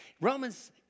Romans